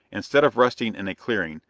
instead of resting in a clearing,